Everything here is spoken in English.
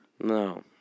No